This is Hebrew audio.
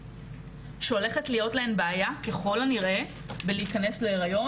שהולכת להיות להן בעיה ככל הנראה בלהיכנס להריון.